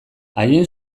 haien